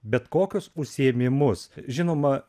bet kokius užsiėmimus žinoma